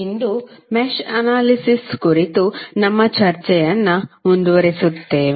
ಇಂದು mesh analysis ಕುರಿತು ನಮ್ಮ ಚರ್ಚೆಯನ್ನು ಮುಂದುವರಿಸುತ್ತೇವೆ